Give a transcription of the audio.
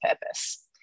purpose